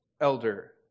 elder